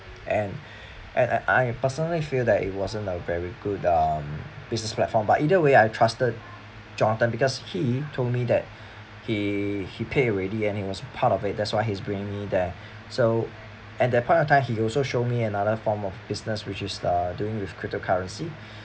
and and I I personally feel that it wasn't a very good um business platform but either way I trusted jonathan because he told me that he he pay already and he was part of it that's why he's bringing me there so and that point of time he also show me another form of business which is uh doing with crypto currency